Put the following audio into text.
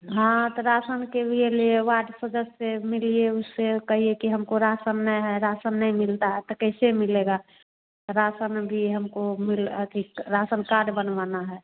हाँ तो रासन के लिए लिए वार्ड सदस्य से मिलिए उससे कहिए कि हमको रासन नहीं है रासन नहीं मिलता है तो कैसे मिलेगा रासन भी हमको मिल अथि स रासन कार्ड बनवाना है